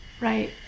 right